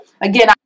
again